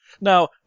Now